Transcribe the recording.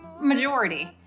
majority